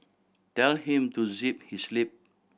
tell him to zip his lip